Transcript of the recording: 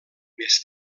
més